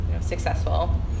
successful